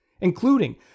including